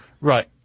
Right